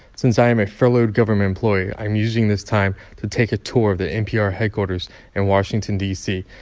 since i'm a furloughed government employee, i'm using this time to take a tour of the npr headquarters in washington, d c.